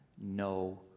no